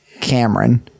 Cameron